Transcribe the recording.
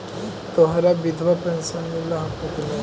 तोहरा विधवा पेन्शन मिलहको ने?